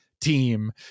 team